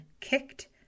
kicked